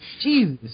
Jesus